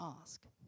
ask